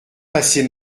passer